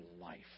life